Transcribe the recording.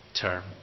term